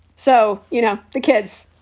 so, you know, the kids,